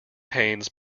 pains